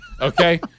okay